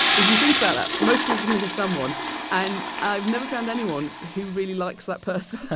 if you think about that most people can think of someone and i've never found anyone who really likes that person. ah